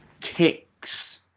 kicks